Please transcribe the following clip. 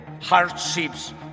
hardships